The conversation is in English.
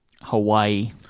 Hawaii